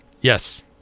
Yes